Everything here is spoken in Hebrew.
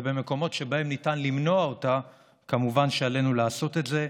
ובמקומות שבהם ניתן למנוע אותה כמובן שעלינו לעשות את זה.